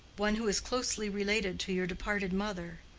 one who is closely related to your departed mother,